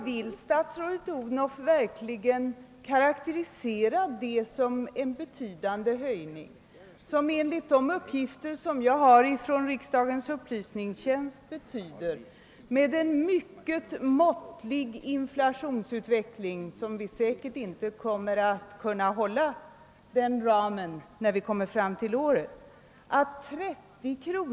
Vill statsrådet Odhnoff verkligen karakterisera höjningen som betydande? Enligt de uppgifter som jag har fått från riksdagens upplysningstjänst kommer redan vid en måttlig inflation, inom vars ram prisstegringarna säkert inte kommer att hålla sig, 30 kr.